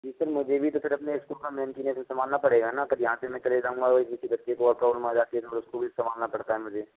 जी sir मुझे भी तो फिर सर अपने स्कूल संभालना पड़ेगा तो अगर यहाँ से मैं चले जाऊंगा तो किसी और बच्चे को प्रॉब्लम आ जाए तो उसको भी संभालना पड़ता है मुझे